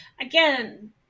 again